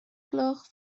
gloch